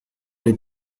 les